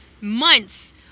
months